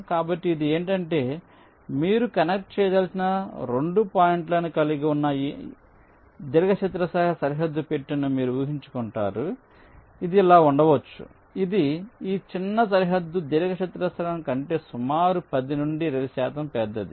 కాబట్టి ఇది ఏమిటంటే మీరు కనెక్ట్ చేయదలిచిన 2 పాయింట్లను కలిగి ఉన్న దీర్ఘచతురస్రాకార సరిహద్దు పెట్టెను మీరు ఊహించుకుంటారు ఇది ఇలా ఉండవచ్చు ఇది ఈ చిన్న సరిహద్దు దీర్ఘచతురస్రం కంటే సుమారు 10 నుండి 20 శాతం పెద్దది